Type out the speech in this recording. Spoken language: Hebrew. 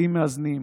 בתים מאזנים,